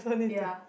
ya